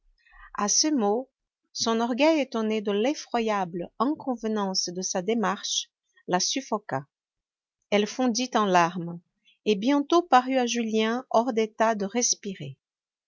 a ces mots son orgueil étonné de l'effroyable inconvenance de sa démarche la suffoqua elle fondit en larmes et bientôt parut à julien hors d'état de respirer